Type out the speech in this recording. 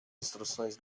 instruções